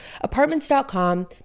Apartments.com